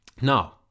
Now